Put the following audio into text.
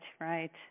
right